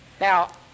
Now